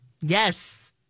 Yes